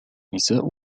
نساء